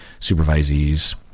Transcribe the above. supervisees